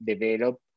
develop